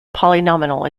polynomial